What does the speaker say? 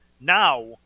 now